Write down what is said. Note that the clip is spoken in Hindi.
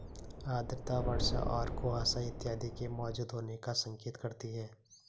आर्द्रता वर्षा और कुहासा इत्यादि के मौजूद होने का संकेत करती है